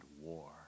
war